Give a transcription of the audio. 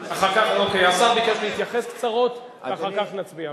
השר ביקש להתייחס קצרות ואחר כך נצביע.